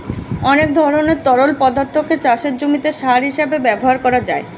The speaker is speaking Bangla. অনেক ধরনের তরল পদার্থকে চাষের জমিতে সার হিসেবে ব্যবহার করা যায়